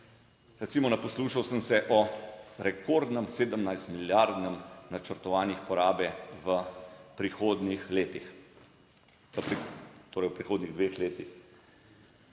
Recimo, poslušal sem se o rekordnem, 17 milijardnem načrtovanju porabe v prihodnjih letih, torej v prihodnjih dveh letih.